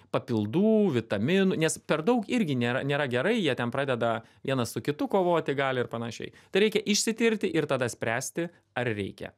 papildų vitaminų nes per daug irgi nėra nėra gerai jie ten pradeda vienas su kitu kovoti gali ir panašiai tai reikia išsitirti ir tada spręsti ar reikia